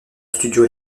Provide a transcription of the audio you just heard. studio